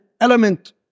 element